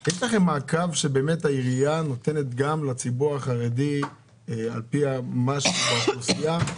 יש לכם מעקב שבאמת העירייה נותנת גם לציבור החרדי על פי מה שבאוכלוסייה?